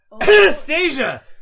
Anastasia